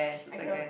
I cannot